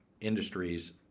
industries